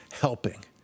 helping